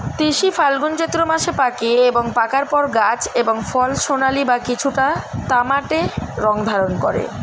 তিসি ফাল্গুন চৈত্র মাসে পাকে এবং পাকার পর গাছ এবং ফল সোনালী বা কিছুটা তামাটে রং ধারণ করে